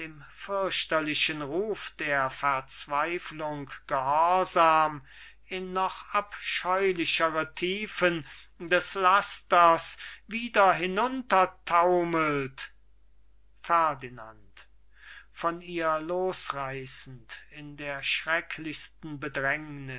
ruf der verzweiflung gehorsam in noch abscheulichere tiefen des lasters wieder hinuntertaumelt ferdinand von ihr losreißend in der